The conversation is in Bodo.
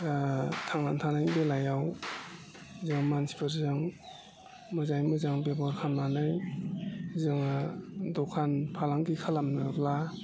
थांनानै थानायनि बेलायाव जों मानसिफोरजों मोजाङै मोजां बेबहार खालामनानै जोङो दखान फालांगि खालामनोब्ला